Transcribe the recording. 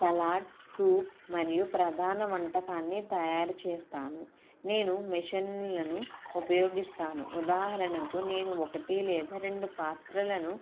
salad soup మరియు ప్రధాన వంటకాన్ని తయారు చేస్తాను నేను మిషన్లను ఉపయోగిస్తాను ఉదాహరణకు నేను ఒకటి లేదా రెండు పాత్రలను